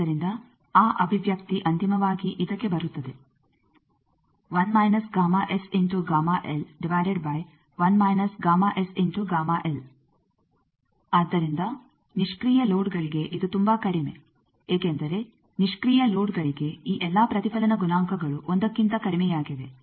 ಆದ್ದರಿಂದ ಆ ಅಭಿವ್ಯಕ್ತಿ ಅಂತಿಮವಾಗಿ ಇದಕ್ಕೆ ಬರುತ್ತದೆ ಆದ್ದರಿಂದ ನಿಷ್ಕ್ರಿಯ ಲೋಡ್ಗಳಿಗೆ ಇದು ತುಂಬಾ ಕಡಿಮೆ ಏಕೆಂದರೆ ನಿಷ್ಕ್ರಿಯ ಲೋಡ್ಗಳಿಗೆಈ ಎಲ್ಲಾ ಪ್ರತಿಫಲನ ಗುಣಾಂಕಗಳು 1ಕ್ಕಿಂತ ಕಡಿಮೆಯಾಗಿವೆ